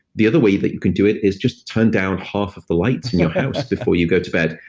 the other way that you can do it is just turn down half of the lights in your house before you go to bed.